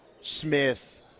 Smith